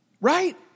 Right